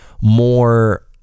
more